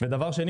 שנית,